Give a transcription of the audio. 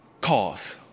cause